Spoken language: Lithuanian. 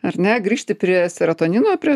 ar ne grįžti prie serotonino prie